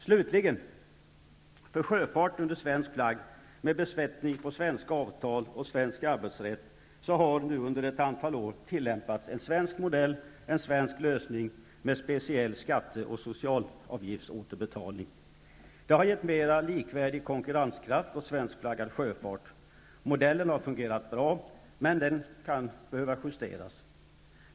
Slutligen: För sjöfart under svensk flagg, med besättning som lyder under svenska avtal och svensk arbetsrätt, har nu under ett antal år tillämpats en svensk modell, en svensk lösning med speciell skatte och socialavgiftsåterbetalning. Det har gett mer likvärdig konkurrenskraft åt svenskflaggad sjöfart. Modellen har fungerat bra, men den kan behöva justeras.